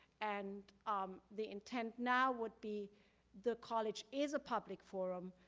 and um the intent now would be the college is a public forum,